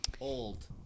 old